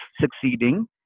succeeding